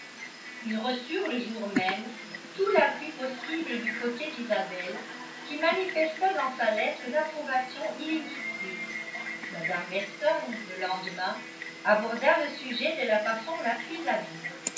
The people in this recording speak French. ils reçurent le jour même tout l'appui possible du côté d'isabelle qui manifesta dans sa lettre une approbation illimitée mme weston le lendemain aborda le sujet de la façon la plus habile